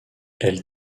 elle